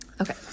Okay